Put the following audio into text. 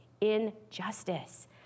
injustice